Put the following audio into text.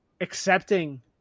accepting